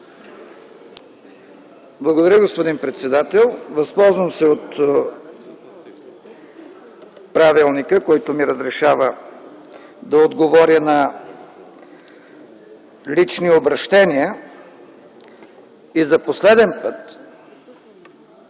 Благодаря, господин председател. Възползвам се от правилника, който ми разрешава да отговаря на лични обръщения и за последен път